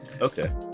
okay